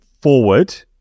forward